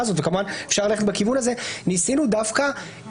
הזאת וכמובן אפשר ללכת בכיוון הזה ניסינו דווקא